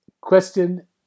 Question